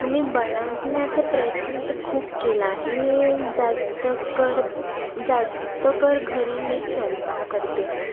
मी बनवण्याचं प्रयत्न तर खूप केला आहे मी जास्तकर जास्तकर घरी मीच स्वयंपाक करते